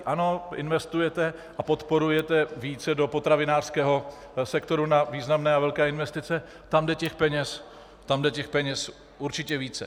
Ano, investujete a podporujete více do potravinářského sektoru na významné velké investice, tam jde těch peněz určitě více.